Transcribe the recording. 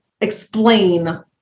explain